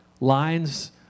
Lines